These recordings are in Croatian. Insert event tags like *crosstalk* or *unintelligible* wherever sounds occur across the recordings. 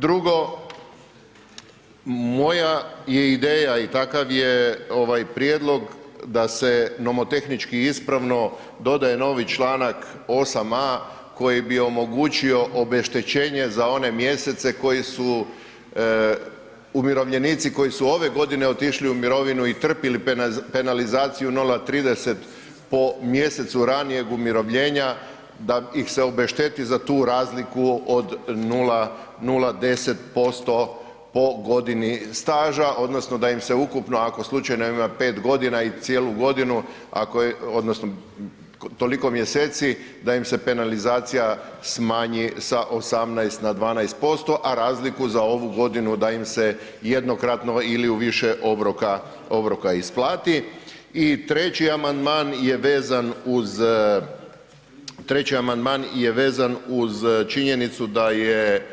Drugo, moja je ideja i takav je prijedlog da se nomotehnički i ispravno dodaje novi čl. 8 a) koji bi omogućio obeštećenje za one mjesece koji su umirovljenici koji su ove godine otišli u mirovinu i trpili penalizaciju 0,30 po mjesecu ranijeg umirovljenja, da ih se obešteti za tu razliku od 0,10% po godini staža odnosno da im se ukupno ako slučajno imaju 5 g. i cijelu godinu ako je, odnosno toliko mjeseci, da im se penalizacija smanji sa 18 na 12% a razliku za ovu godinu da im se jednokratno ili u više obroka i treći amandman je vezan uz činjenicu da je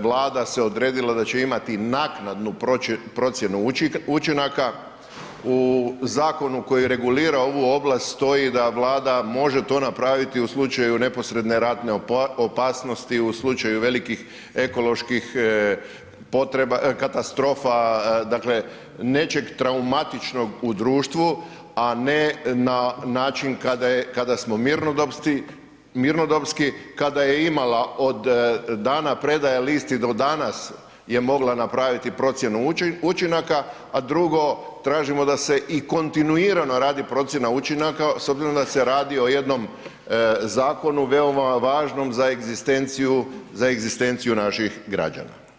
Vlada se odredila da će imati naknadnu procjenu učinaka, u zakonu koji regulira ovu oblast stoji da Vlada može to napraviti u slučaju neposredne ratne opasnosti, u slučaju velikih ekoloških katastrofa, dakle nečeg traumatičnog u društvu a ne na način kada smo mirnodopski, kada je imala od dana predaje ... *unintelligible* do danas je mogla napraviti procjenu učinaka a drugo tražimo da se i kontinuirano radi procjena učinaka s obzirom da se radi o jednom zakonu veoma važnom za egzistenciju naših građana.